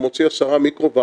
הוא מוציא 10 מיקרוואט,